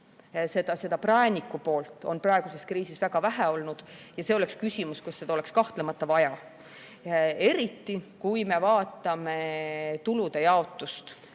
seda prääniku poolt on praeguses kriisis väga vähe olnud. See oleks küsimus, kus seda oleks kahtlemata vaja. Eriti, kui me vaatame tulude jaotust